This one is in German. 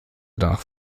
danach